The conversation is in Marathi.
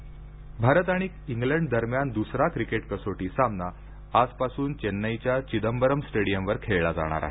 क्रिकेट भारत आणि इंग्लंड दरम्यान दुसरा क्रिकेट कसोटी सामना आजपासून चेन्नईच्या चिदंबरम स्टेडियमवर खेळला जाणार आहे